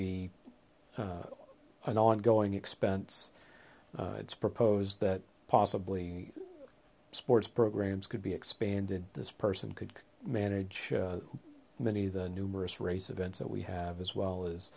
be an ongoing expense it's proposed that possibly sports programs could be expanded this person could manage many the numerous race events that we have as well as